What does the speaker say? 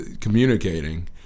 communicating